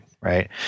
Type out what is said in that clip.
right